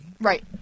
Right